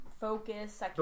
focus